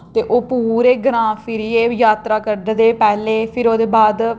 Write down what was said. ते ओह् पूरे ग्रां फिरियै जात्तरा करदे ते पैहलें फ्ही ओह्दे बाद